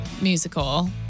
musical